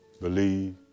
believe